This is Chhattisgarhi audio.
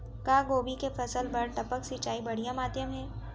का गोभी के फसल बर टपक सिंचाई बढ़िया माधयम हे?